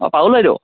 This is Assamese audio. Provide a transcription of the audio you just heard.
অ পাৰুল বাইদেউ